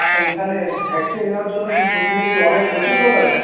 ঐখানে ভ্যাকসিন নেওয়ার জন্য কি প্রতিদিন কি অনেক প্রচুর লোক আসে